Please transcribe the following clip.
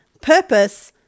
purpose